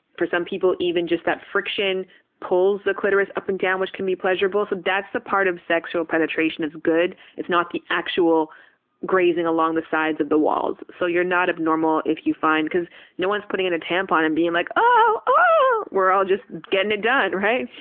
for some people, even just that friction pulls the clitoris up and down, which can be pleasurable, so that's the part of sexual penetration that's good. it's not the actual grazing along the sides of the walls. so, you're not abnormal if you find because no one's putting in a tampon and being like, oooohhh! we're all just getting it done. right?